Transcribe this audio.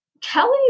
Kelly